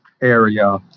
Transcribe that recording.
area